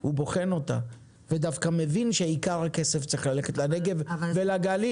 הוא בוחן אותה ודווקא מבין שעיקר הכסף צריך ללכת לנגב ולגליל.